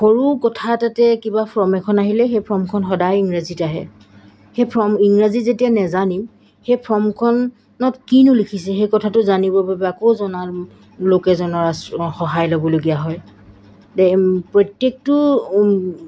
সৰু কথা এটাতে কিবা ফ্ৰম এখন আহিলে সেই ফ্ৰমখন সদায় ইংৰাজীত আহে সেই ফ্ৰম ইংৰাজী যেতিয়া নাজানিম সেই ফ্ৰমখনত কিনো লিখিছে সেই কথাটো জানিবৰ বাবে আকৌ জনা লোক এজনৰ আশ্ৰয় সহায় ল'বলগীয়া হয় প্ৰত্যেকটো